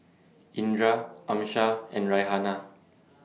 Indra Amsyar and Raihana